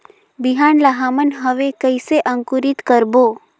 बिहान ला हमन हवे कइसे अंकुरित करबो?